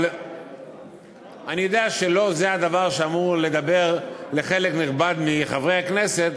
אבל אני יודע שלא זה הדבר שאמור לדבר לחלק נכבד מחברי הכנסת,